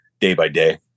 day-by-day